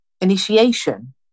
initiation